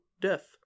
death